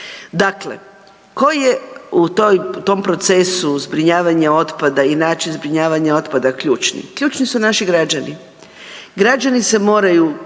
Dakle, tko je u tom procesu zbrinjavanja otpada i načina zbrinjavanja otpada ključni? Ključni su naši građani, građani se moraju